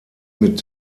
mit